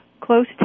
close